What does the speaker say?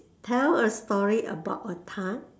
tell a story about a ti~